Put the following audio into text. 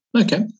okay